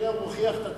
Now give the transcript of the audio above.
שכנראה מוכיח את עצמו.